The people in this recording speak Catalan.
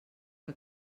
que